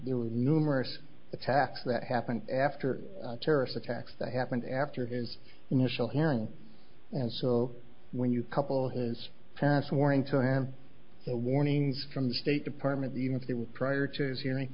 there were numerous attacks that happened after terrorist attacks that happened after his initial hearing and so when you couple his parents warnings so and so warnings from the state department even if there was prior to his hearing